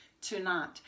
tonight